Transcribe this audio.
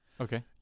Okay